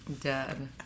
Dead